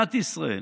במדינת ישראל,